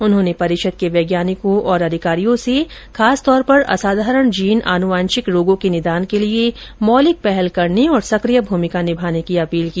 उन्होंने परिषद के वैज्ञानिकों और अधिकारियों से खासकर असाधारण जीन आनुवांशिक रोगों के निदान के लिये मौलिक पहल करने और सक्रिय भूमिका निभाने की अपील की